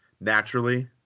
Naturally